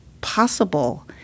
possible